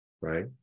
right